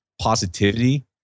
positivity